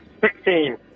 Sixteen